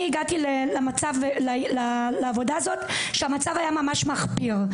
הגעתי לעבודה הזאת כשהמצב היה ממש מחפיר.